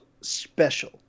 special